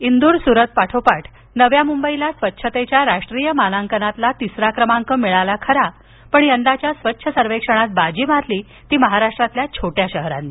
इंदूर सूरत पाठोपाठ नव्या मुंबईला मिळालेला स्वच्छतेच्या राष्ट्रीय मानांकनातला तिसरा क्रमांक मिळाला खरा पन यंदाच्या स्वच्छ सर्वेक्षणात बाजी मारली ती महाराष्ट्रातल्या छोट्या शहरांनी